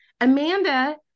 Amanda